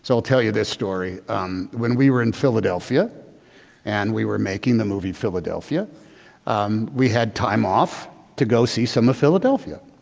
so i'll tell you this story when we were in philadelphia and we were making the movie philadelphia we had time off to go see some of philadelphia.